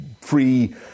free